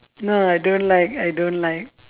no I don't like I don't like